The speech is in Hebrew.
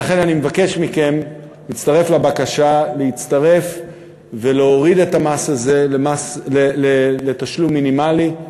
לכן אני מבקש מכם להצטרף ולהוריד את המס הזה לתשלום מינימלי,